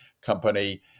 company